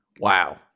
Wow